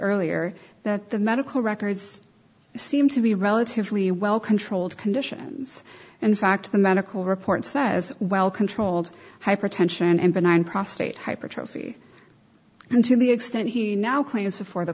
earlier that the medical records seem to be relatively well controlled conditions and in fact the medical report says well controlled hypertension and benign prostate hypertrophy and to the extent he now claims before the